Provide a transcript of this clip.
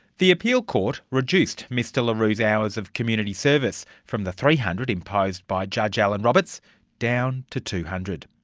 the appeal court reduced mr la rue's hours of community service from the three hundred imposed by judge allan roberts down to two hundred.